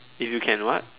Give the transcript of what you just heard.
if you can what